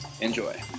Enjoy